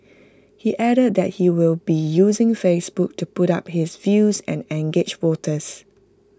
he added that he will be using Facebook to put up his views and engage voters